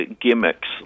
gimmicks